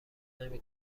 نمی